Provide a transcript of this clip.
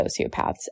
sociopaths